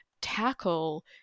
tackle